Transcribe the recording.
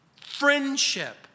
friendship